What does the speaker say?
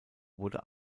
wurde